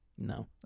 No